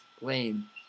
Lane